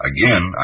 Again